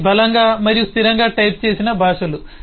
అవి బలంగా మరియు స్థిరంగా టైప్ చేసిన భాషలు